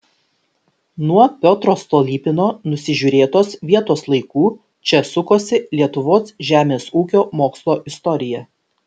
nuo piotro stolypino nusižiūrėtos vietos laikų čia sukosi lietuvos žemės ūkio mokslo istorija